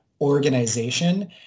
organization